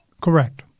correct